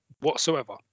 whatsoever